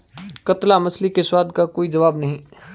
कतला मछली के स्वाद का कोई जवाब नहीं